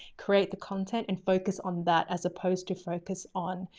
create the content and focus on that as opposed to focus on,